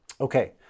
Okay